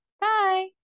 Bye